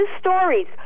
stories